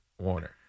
Warner